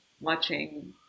watching –